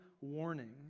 warning